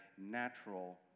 natural